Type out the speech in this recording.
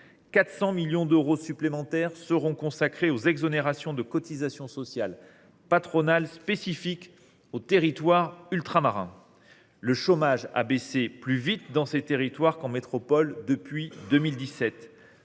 400 millions d’euros supplémentaires seront consacrés aux exonérations de cotisations sociales patronales spécifiques aux territoires ultramarins. Le chômage a baissé plus vite dans ces territoires qu’en métropole depuis 2017